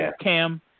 Cam